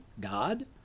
God